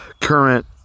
current